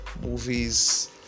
Movies